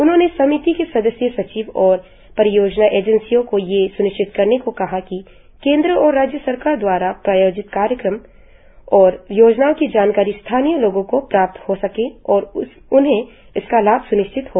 उन्होंने समिति के सदस्य सचिव और परियोजना एजेंसियों को ये स्निश्चित करने को कहा कि केंद्र और राज्य सरकार द्वारा प्रायोजित कार्यक्रमों और योजनाओं की जानकारी स्थानीय लोगों को प्राप्त हो सके और उन्हें इसका लाभ स्निश्चित हो